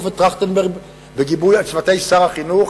וטרכטנברג בגיבוי צוותי שר החינוך,